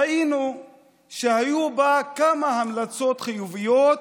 ראינו שהיו בה כמה המלצות חיוביות,